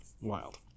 wild